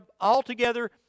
altogether